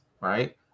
Right